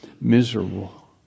miserable